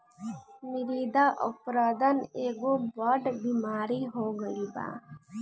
मृदा अपरदन एगो बड़ बेमारी हो गईल बा